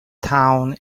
town